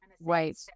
Right